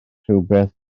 rhywbeth